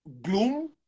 gloom